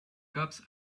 cups